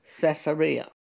Caesarea